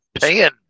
paying